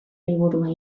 liburua